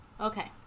Okay